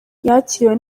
yakiriwe